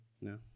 No